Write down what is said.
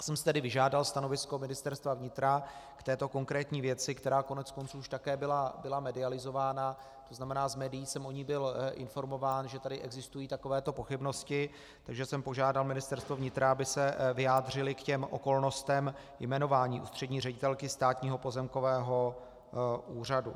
Já jsem si tedy vyžádal stanovisko Ministerstva vnitra k této konkrétní věci, která koneckonců už také byla medializována, to znamená, z médií jsem o ní byl informován, že tady existují takovéto pochybnosti, takže jsem požádal Ministerstvo vnitra, aby se vyjádřili k okolnostem jmenování ústřední ředitelky Státního pozemkového úřadu.